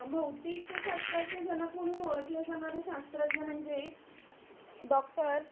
भौतिकशास्त्राचे जनक म्हणून ओळखले जाणारे शास्त्रज्ञ म्हणजे डॉक्टर